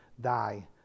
die